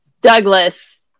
douglas